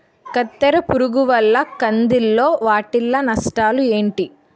కత్తెర పురుగు వల్ల కంది లో వాటిల్ల నష్టాలు ఏంటి